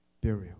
burial